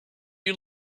you